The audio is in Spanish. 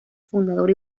fundador